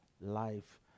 life